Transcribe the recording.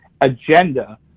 agenda